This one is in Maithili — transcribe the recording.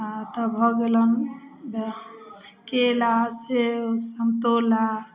तब भऽ गेलैनि केला सेब संतोला